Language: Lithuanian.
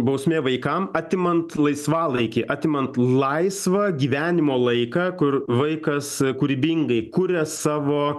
bausmė vaikam atimant laisvalaikį atimant laisvą gyvenimo laiką kur vaikas kūrybingai kuria savo